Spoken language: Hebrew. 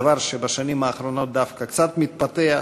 דבר שבשנים האחרונות דווקא קצת מתפתח,